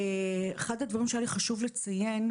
- אחד הדברים שהיה לי חשוב לציין,